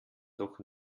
doch